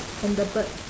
and the bird